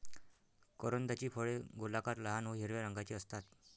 करोंदाची फळे गोलाकार, लहान व हिरव्या रंगाची असतात